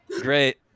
Great